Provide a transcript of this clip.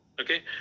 Okay